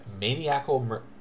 Maniacal